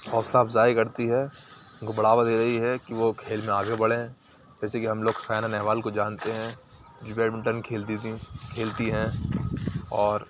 حوصلہ افزائی کرتی ہے ان کو بڑھاوا دے رہی ہے کہ وہ کھیل میں آگے بڑھیں جیسے کہ ہم لوگ سائنا نہوال کو جانتے ہیں جو بیڈ منٹن کھیلتی تھیں کھیلتی ہیں اور